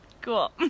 cool